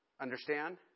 Understand